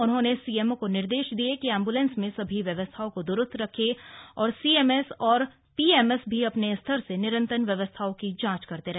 उन्होने सीएमओ को निर्देश दिये कि एम्बुलेंस में सभी व्यवस्थाओं को दुरूस्त रखे और सीएमएस व पीएमएस भी अपने स्तर से निरंतर व्यवस्थओं की जांच करते रहे